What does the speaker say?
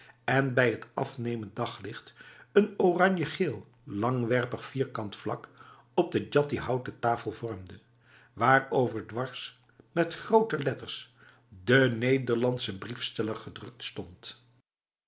en bij het afnemend daglicht een oranjegeel langwerpig vierkant vlak op de djati houten tafel vormde waarover dwars met grote zwarte letters de nederlandsche briefsteller gedrukt stond